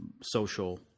social